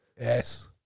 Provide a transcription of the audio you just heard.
Yes